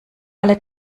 alle